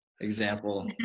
example